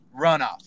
runoff